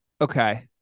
okay